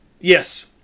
Yes